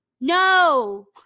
No